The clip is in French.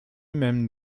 même